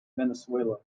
venezuela